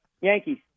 Yankees